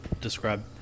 describe